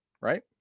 right